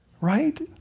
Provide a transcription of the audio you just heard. right